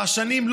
הרעשניים,